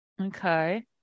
Okay